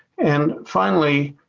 and, finally,